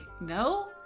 no